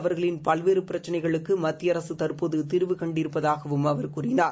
அவர்களின் பல்வேறு பிரச்சிளைகளுக்கு மத்திய அரசு தற்போது தீர்வு கண்டிருப்பதாகவும் அவர் கூறினார்